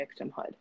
victimhood